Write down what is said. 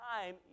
time